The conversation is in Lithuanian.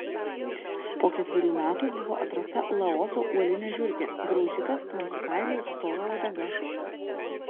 po ketverių metų buvo atrasta laoso uolinė žiurkė graužikas tamsiu kailiu ir stora uodega